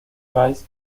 vice